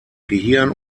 gehirn